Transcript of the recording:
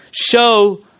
show